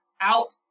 out